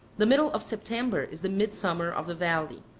the middle of september is the midsummer of the valley.